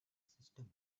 system